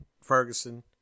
Ferguson